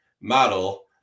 model